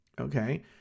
okay